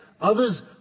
Others